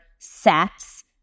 Sex